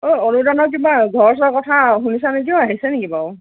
অ অনুদানৰ কিবা ঘৰ চৰ কথা শুনিছা নেকি ঐ আহিছে নেকি বাৰু